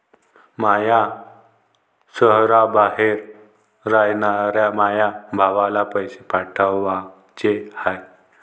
माया शैहराबाहेर रायनाऱ्या माया भावाला पैसे पाठवाचे हाय